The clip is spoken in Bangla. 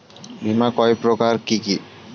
বীমা কয় প্রকার কি কি?